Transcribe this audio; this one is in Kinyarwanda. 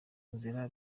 nzira